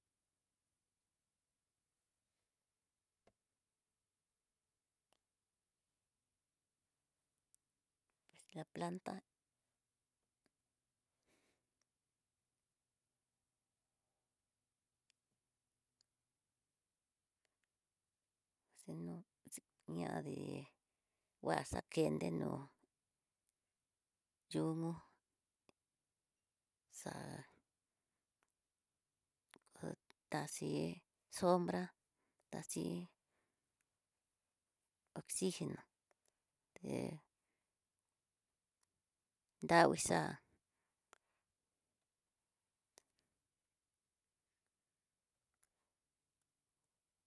Es la planta si no ñadé nguxakende nó yu'u xa kutaxi sombra taxí, oxigeno té nravii xa'a.